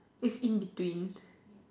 it's in between